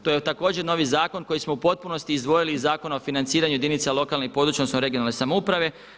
To je također novi zakon koji smo u potpunosti izdvojili iz Zakona o financiranju jedinica lokalne i područne odnosno regionalne samouprave.